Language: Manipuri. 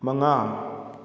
ꯃꯉꯥ